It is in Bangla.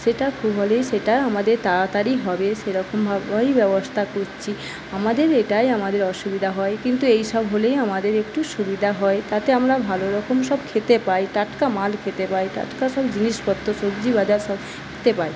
সেটা খুব হলে সেটা আমাদের তাড়াতাড়ি হবে সেরকমভাবেই ব্যবস্থা করছি আমাদের এটাই আমাদের অসুবিধা হয় কিন্তু এইসব হলেই আমাদের একটু সুবিধা হয় তাতে আমরা ভালোরকম সব খেতে পাই টাটকা মাল খেতে পাই টাটকা সব জিনিসপত্র সবজি বাজার সব খেতে পাই